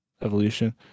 evolution